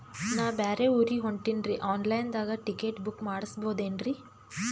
ನಾ ಬ್ಯಾರೆ ಊರಿಗೆ ಹೊಂಟಿನ್ರಿ ಆನ್ ಲೈನ್ ದಾಗ ಟಿಕೆಟ ಬುಕ್ಕ ಮಾಡಸ್ಬೋದೇನ್ರಿ?